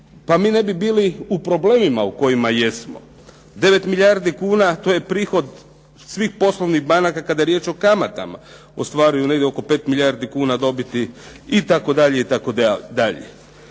pa mi ne bi bili u problemima u kojima jesmo. 9 milijardi kuna to je prihod svih poslovnih banka kada je riječ o kamatama, ostvaraju negdje oko 5 milijardi kuna dobiti itd., itd..